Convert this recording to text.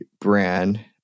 brand